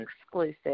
Exclusive